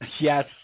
Yes